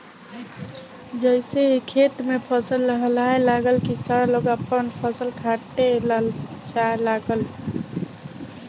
जइसे खेत में फसल लहलहाए लागल की सारा लोग आपन खेत में फसल काटे ला जाए लागल